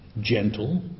gentle